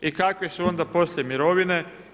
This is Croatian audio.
I kakve su onda poslije mirovine?